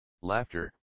laughter